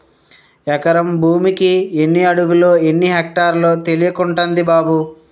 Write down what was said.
ఎకరం భూమికి ఎన్ని అడుగులో, ఎన్ని ఎక్టార్లో తెలియకుంటంది బాబూ